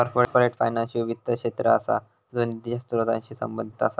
corporate finance ह्यो वित्त क्षेत्र असा ज्यो निधीच्या स्त्रोतांशी संबंधित असा